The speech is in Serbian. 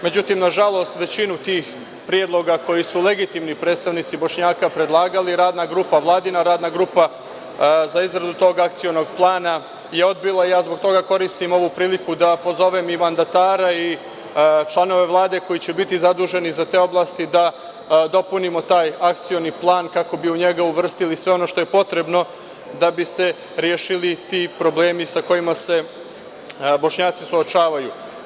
Međutim, nažalost, većinu tih predloga koji su legitimni predstavnici Bošnjaka predlagali Vladina radna grupa, radna grupa za izradu tog akcionog plana je odbila i ja zbog toga koristim ovu priliku da pozovem i mandatara i članove Vlade, koji će biti zaduženi za te oblasti, da dopunimo taj akcioni plan kako bi u njega uvrstili sve ono što je potrebno da bi se rešili ti problemi sa kojima se Bošnjaci suočavaju.